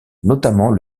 notamment